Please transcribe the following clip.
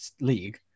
league